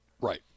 Right